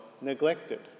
neglected